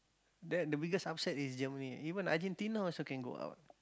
the biggest upset is Germany even Argentina also can go out